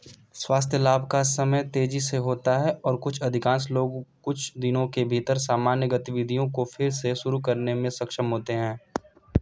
स्वास्थ्य लाभ का समय तेज़ी से होता है और कुछ अधिकांश लोग कुछ दिनों के भीतर सामान्य गतिविधियों को फिर से शुरू करने में सक्षम होते हैं